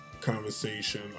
Conversation